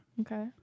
Okay